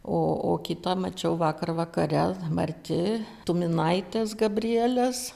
o kitą mačiau vakar vakare marti tuminaitės gabrielės